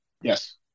Yes